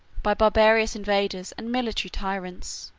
by barbarous invaders, and military tyrants,